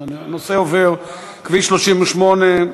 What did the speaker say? אז הנושא של כביש 38,